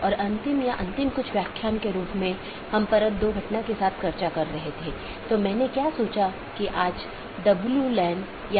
जैसा कि हम पिछले कुछ लेक्चरों में आईपी राउटिंग पर चर्चा कर रहे थे आज हम उस चर्चा को जारी रखेंगे